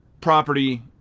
property